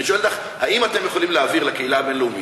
אני שואל אותך: האם אתם יכולים להעביר לקהילה הבין-לאומית